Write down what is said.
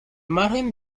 margen